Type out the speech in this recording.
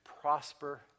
prosper